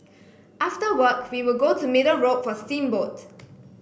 after work we would go to Middle Road for steamboat